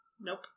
Nope